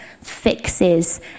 fixes